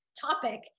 topic